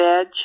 edge